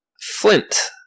Flint